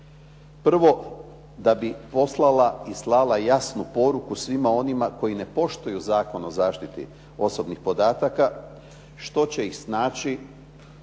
Prvo da bi poslala i slala jasnu poruku svima onima koji ne poštuju Zakon o zaštiti osobnih podataka, što će ih snaći